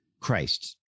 Christ